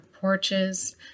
porches